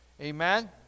Amen